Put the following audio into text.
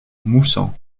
moussan